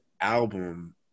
album